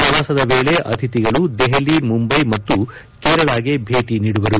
ಪ್ರವಾಸದ ವೇಳೆ ಅತಿಥಿಗಳು ದೆಹಲಿ ಮುಂಬೈ ಮತ್ತು ಕೇರಳಗೆ ಭೇಟಿ ನೀಡುವರು